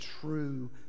true